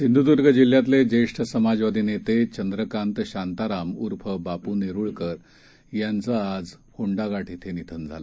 सिंधुदूर्ग जिल्ह्यातले ज्येष्ठ समाजवादी नेते चंद्रकांत शांताराम उर्फ बापू नेरुरकर यांचं आज फोंडाघाट इथं निधन झाल